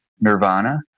nirvana